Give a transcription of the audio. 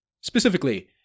Specifically